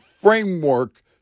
framework